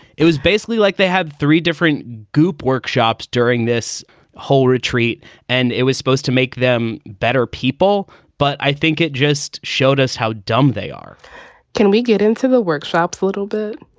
it was basically like they had three different goup workshops during this whole retreat and it was supposed to make them better people. but i think it just showed us how dumb they are can we get into the workshops a little bit?